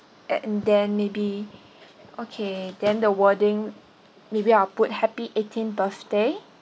and then maybe okay then the wording maybe I'll put happy eighteenth birthday